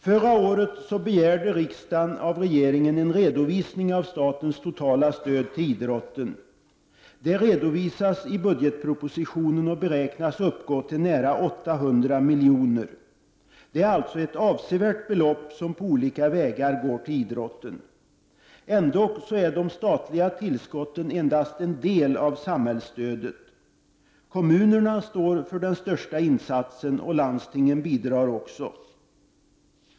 Förra året begärde riksdagen en redovisning av regeringen om statens totala stöd till idrotten. Det redovisas i budgetpropositionen och beräknas uppgå till nära 800 miljoner. Det är alltså ett avsevärt belopp som på olika vägar går till idrotten. Ändock är de statliga tillskotten endast en del av samhällsstödet. Kommunerna står för den största insatsen, och landstingen bidrar också.